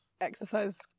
exercise